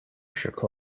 石刻